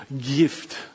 gift